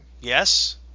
Yes